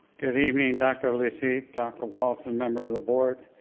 good evening dr. lateef, dr. walts, and members of the board.